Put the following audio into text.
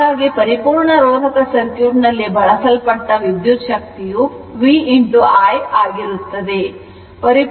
ಹಾಗಾಗಿ ಪರಿಪೂರ್ಣ ರೋಧಕ ಸರ್ಕ್ಯೂಟ್ ನಲ್ಲಿ ಬಳಸಲ್ಪಟ್ಟ ವಿದ್ಯುತ್ ಶಕ್ತಿಯು v I ಆಗಿರುತ್ತದೆ